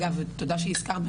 תודה שהסכמת.